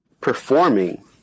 performing